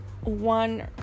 one